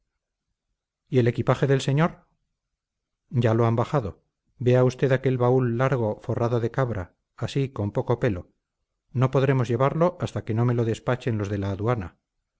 y el equipaje del señor ya lo han bajado vea usted aquel baúl largo forrado de cabra así con poco pelo no podremos llevarlo hasta que no me lo despachen los de la aduana